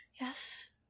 Yes